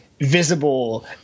visible